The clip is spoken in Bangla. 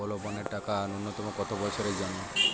বলবনের টাকা ন্যূনতম কত বছরের জন্য?